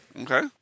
Okay